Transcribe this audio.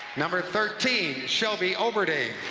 number thirteen, shelby olberding.